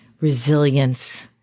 resilience